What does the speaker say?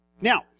Now